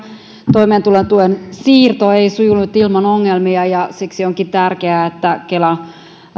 toimeentulotuen siirto ei sujunut ilman ongelmia ja siksi onkin tärkeää että